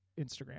Instagram